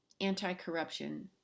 anti-corruption